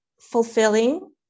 fulfilling